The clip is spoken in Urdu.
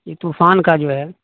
یہ طوفان کا جو ہے